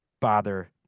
bother